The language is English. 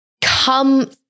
come